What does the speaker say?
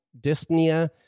dyspnea